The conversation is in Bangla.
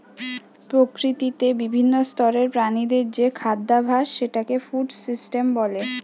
প্রকৃতিতে বিভিন্ন স্তরের প্রাণীদের যে খাদ্যাভাস সেটাকে ফুড সিস্টেম বলে